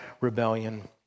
rebellion